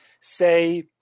say